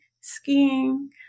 skiing